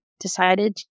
decided